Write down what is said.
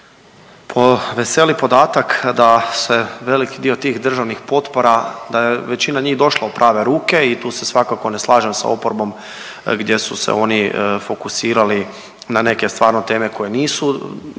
Veseli podatak da se velik dio tih državnih potpora većina njih došla u prave ruke i tu se svakako ne slažem sa oporbom gdje su se oni fokusirani neke stvarno teme koje nisu dio